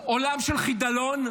עולם של חידלון,